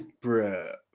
Bro